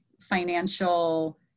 financial